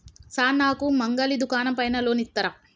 Sir నాకు మంగలి దుకాణం పైన లోన్ ఇత్తరా?